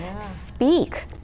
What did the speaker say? speak